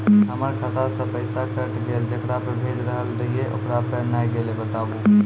हमर खाता से पैसा कैट गेल जेकरा पे भेज रहल रहियै ओकरा पे नैय गेलै बताबू?